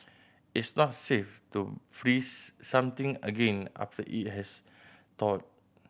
it's not safe to freeze something again after it has thawed